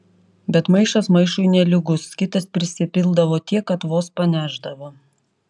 bet maišas maišui nelygus kitas prisipildavo tiek kad vos panešdavo